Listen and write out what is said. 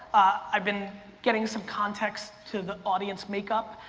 i've been getting some context to the audience makeup.